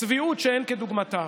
זו צביעות שאין כדוגמתה.